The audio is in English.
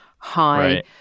high